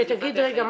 ותגיד רגע,